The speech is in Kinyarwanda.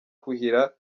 kuhira